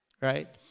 right